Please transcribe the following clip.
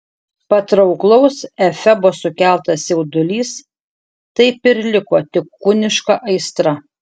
patrauklaus efebo sukeltas jaudulys taip ir liko tik kūniška aistra